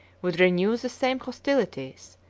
would renew the same hostilities,